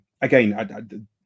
Again